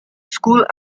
school